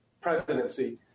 Presidency